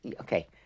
Okay